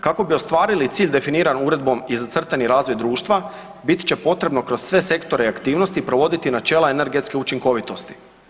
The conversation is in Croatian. Kako bi ostvari cilj definiran uredbom i zacrtani razvoj društva bit će potrebno kroz sve sektore i aktivnosti provoditi načela energetske učinkovitosti.